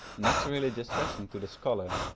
naturally distressing to the scholar,